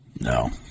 No